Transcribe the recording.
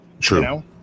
True